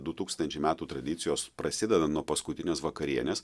du tūkstančiai metų tradicijos prasideda nuo paskutinės vakarienės